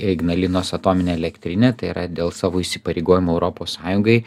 ignalinos atominę elektrinę tai yra dėl savo įsipareigojimų europos sąjungai